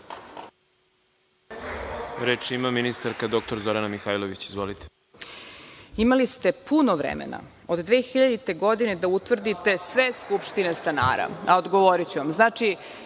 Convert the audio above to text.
Reč ima ministarka dr Zorana Mihajlović. **Zorana Mihajlović** Imali ste puno vremena od 2000. godine da utvrdite sve skupštine stanara. Odgovoriću vam.